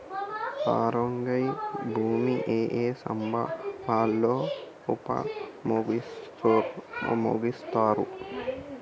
ఆరోగ్య బీమా ఏ ఏ సందర్భంలో ఉపయోగిస్తారు?